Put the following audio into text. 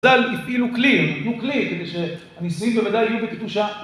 יפעילו כלי, נתנו כלי, כדי שהנשואים בוודאי יהיו בקדושה